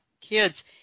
kids